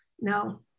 No